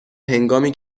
هنگامی